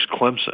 Clemson